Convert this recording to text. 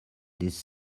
this